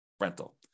rental